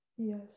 yes